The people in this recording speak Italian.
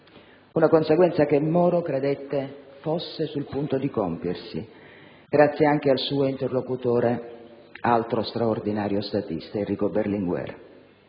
Una conseguenza che Moro credette fosse sul punto di compiersi, grazie anche al suo interlocutore, altro straordinario statista, Enrico Berlinguer,